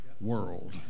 world